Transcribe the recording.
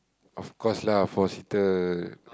of course lah four seater